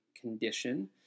condition